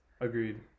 agreed